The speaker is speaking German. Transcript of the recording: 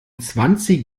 zwanzig